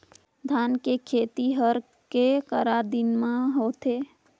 धान के खेती हर के करा दिन म होथे?